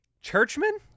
Churchman